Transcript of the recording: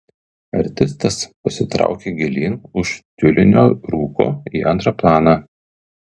artistas pasitraukė gilyn už tiulinio rūko į antrą planą